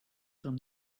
from